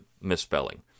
misspelling